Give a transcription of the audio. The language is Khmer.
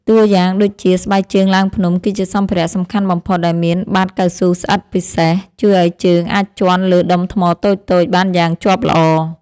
តួយ៉ាងដូចជា ស្បែកជើងឡើងភ្នំ គឺជាសម្ភារៈសំខាន់បំផុតដែលមានបាតកៅស៊ូស្អិតពិសេស ជួយឱ្យជើងអាចជាន់លើដុំថ្មតូចៗបានយ៉ាងជាប់ល្អ។